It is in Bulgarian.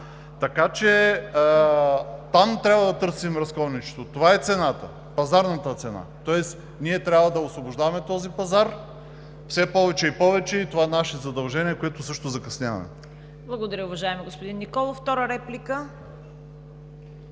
Така че там трябва да търсим разковничето. Това е цената – пазарната цена. Тоест ние трябва да освобождаваме този пазар все повече и повече и това е наше задължение, с което също закъсняваме. ПРЕДСЕДАТЕЛ ЦВЕТА КАРАЯНЧЕВА: Благодаря, уважаеми господин Николов. Втора реплика?